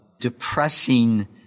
depressing